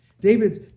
David's